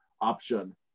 option